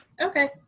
Okay